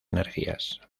energías